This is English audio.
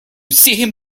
see